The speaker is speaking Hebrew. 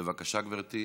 בבקשה, גברתי.